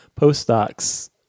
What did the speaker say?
postdocs